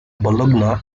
bologna